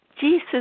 Jesus